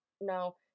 no